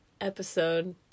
episode